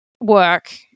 work